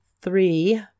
three